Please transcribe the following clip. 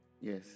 yes